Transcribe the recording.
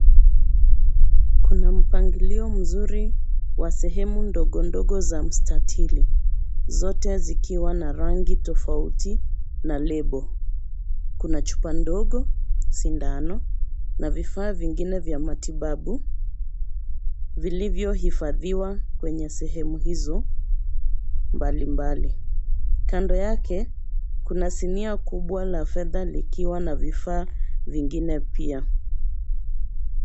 Kuna mpangilio mzuri wa sehemu ndogondogo za mstatili. Zote zikiwa na rangi tofauti, na lebo. Kuna chupa ndogo, sindano na vifaa vingine vya matibabu, vilivyohifadhiwa kwenye sehemu hizo, mbalimbali. Kando yake, kuna sinia kubwa la fedha likiwa na vifaa vingine pia.